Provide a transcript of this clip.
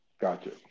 Gotcha